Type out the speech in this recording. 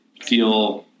feel